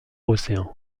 océan